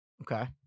Okay